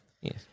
yes